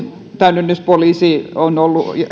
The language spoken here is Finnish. täydennyspoliisi on ollut